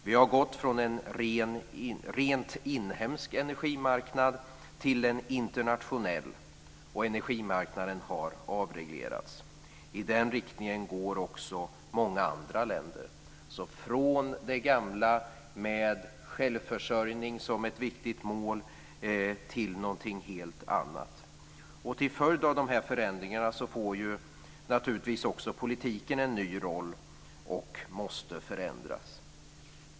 Vi har gått från en rent inhemsk energimarknad till en internationell, och energimarknaden har avreglerats. I den riktningen går också många andra länder. Från det gamla, med självförsörjning som ett viktigt mål, till någonting helt annat. Till följd av de här förändringarna får naturligtvis också politiken en ny roll och måste förändras.